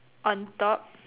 on top